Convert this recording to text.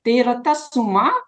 tai yra ta suma